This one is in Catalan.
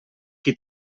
qui